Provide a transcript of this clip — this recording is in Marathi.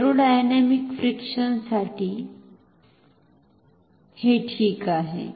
तर एरोडायनामिक फ्रिक्शन साठी हे ठीक आहे